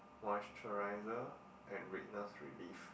moisturizer and redness relief